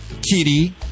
kitty